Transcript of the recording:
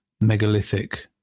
megalithic